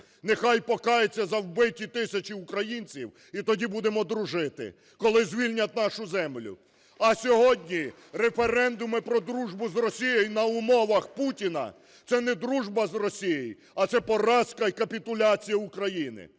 нехай покаються за вбиті тисячі українців і тоді будемо дружити, коли звільнять нашу землю. А сьогодні референдуми про дружбу з Росією на умовах Путіна – це не дружба з Росією, а це поразка і капітуляція України.